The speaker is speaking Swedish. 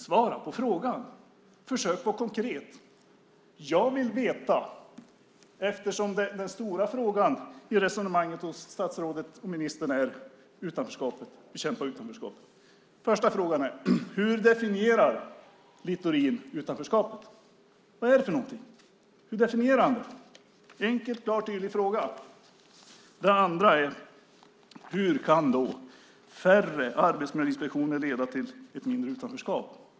Svara på mina frågor och försök att vara konkret! Den stora frågan i resonemanget hos ministern är att bekämpa utanförskapet. Då är min första fråga: Hur definierar Littorin utanförskapet? Det är en enkel, klar och tydlig fråga. Min andra fråga är: Hur kan färre arbetsmiljöinspektioner leda till mindre utanförskap?